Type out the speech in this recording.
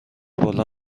بالا